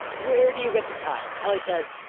where do you get the time? kelly says,